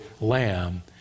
lamb